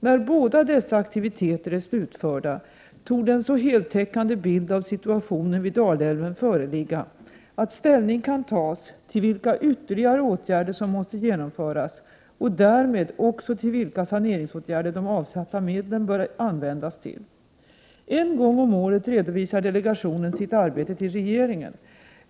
När båda dessa aktiviteter är slutförda torde en så heltäckande bild av situationen vid Dalälven föreligga att ställning kan tas till vilka ytterligare åtgärder som måste vidtas och därmed också till vilka saneringsåtgärder de avsatta medlen bör användas. En gång om året redovisar delegationen sitt arbete till regeringen.